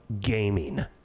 gaming